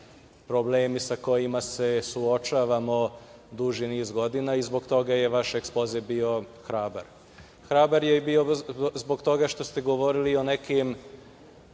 problemi sa kojima se suočavamo duži niz godina i zbog toga je vaš ekspoze bio hrabar. Hrabar je bio zbog toga što ste govorili o nekim